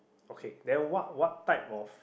okay then what what type of